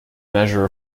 measure